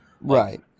right